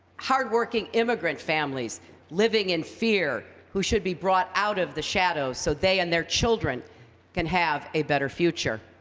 hardworking immigrant families living in fear, who should be brought out of the shadows so they and their children can have a better future.